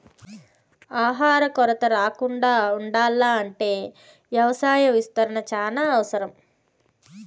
ఆహార కొరత రాకుండా ఉండాల్ల అంటే వ్యవసాయ విస్తరణ చానా అవసరం